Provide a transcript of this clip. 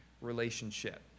relationship